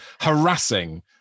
harassing